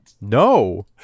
No